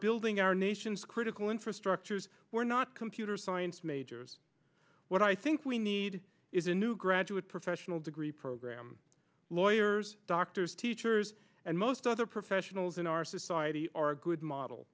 building our nation's critical infrastructures were not computer science majors what i think we need is a new graduate professional degree program lawyers doctors teachers and most other professionals in our society are a good model